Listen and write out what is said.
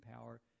power